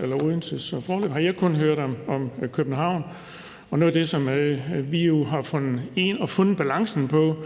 og Odense. Så foreløbig har jeg altså kun hørt om København. Noget af det, som vi jo har fundet balancen i forhold